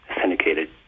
syndicated